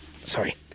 Sorry